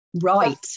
right